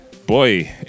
Boy